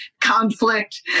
conflict